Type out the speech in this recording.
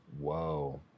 whoa